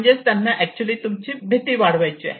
म्हणजेच त्यांना अॅक्च्युअली तुमची भीती वाढवायची आहे